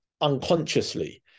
unconsciously